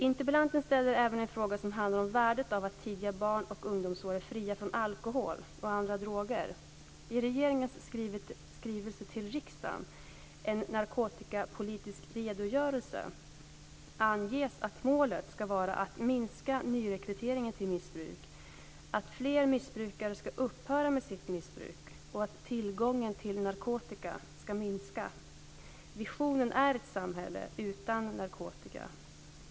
Interpellanten ställer även en fråga som handlar om värdet av att tidiga barn och ungdomsår är fria från alkohol och andra droger. I regeringens skrivelse till riksdagen En narkotikapolitisk redogörelse anges att målet ska vara att minska nyrekryteringen till missbruk, att fler missbrukare ska upphöra med sitt missbruk och att tillgången till narkotika ska minska. Visionen är ett samhälle utan narkotika.